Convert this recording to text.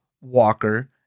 Walker